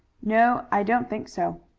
no, i don't think so.